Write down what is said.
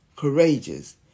courageous